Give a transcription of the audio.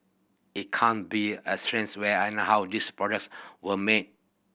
it can't be ascertained where and how these products were made